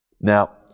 Now